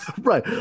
right